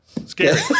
Scary